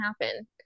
happen